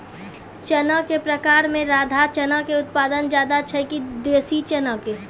चना के प्रकार मे राधा चना के उत्पादन ज्यादा छै कि देसी चना के?